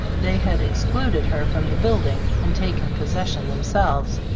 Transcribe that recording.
they had excluded her from the building and taken possession themselves.